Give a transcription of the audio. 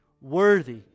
worthy